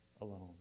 alone